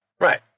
Right